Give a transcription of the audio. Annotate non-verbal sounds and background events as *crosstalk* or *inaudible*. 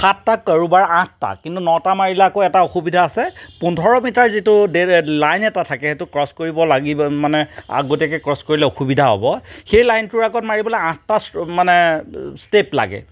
সাতটা কাৰোবাৰ আঠটা কিন্তু নটা মাৰিলে আকৌ এটা অসুবিধা আছে পোন্ধৰ মিটাৰ যিটো *unintelligible* লাইন এটা থাকে সেইটো ক্ৰছ কৰিব লাগিব মানে আগতীয়াকে ক্ৰছ কৰিলে অসুবিধা হ'ব সেই লাইনটোৰ আগত মাৰিবলৈ আঠটা মানে ষ্টেপ লাগে